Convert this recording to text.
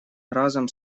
разом